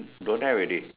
don't have already